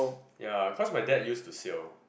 ya cause my dad used to sell